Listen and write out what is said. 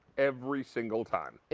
every single time.